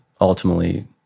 ultimately